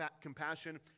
compassion